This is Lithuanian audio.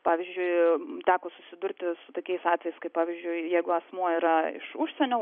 pavyzdžiui teko susidurti su tokiais atvejais kai pavyzdžiui jeigu asmuo yra iš užsienio